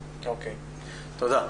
תודה.